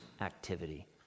activity